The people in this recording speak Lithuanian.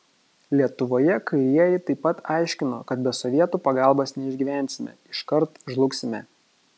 lietuvoje kairieji taip pat aiškino kad be sovietų pagalbos neišgyvensime iškart žlugsime